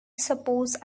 suppose